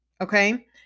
Okay